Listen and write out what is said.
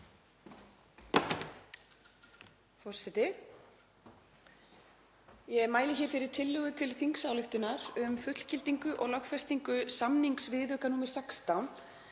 Forseti. Ég mæli hér fyrir tillögu til þingsályktunar um fullgildingu og lögfestingu samningsviðauka nr. 16